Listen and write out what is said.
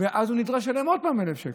ואז הוא נדרש לשלם עוד פעם 1,000 שקל.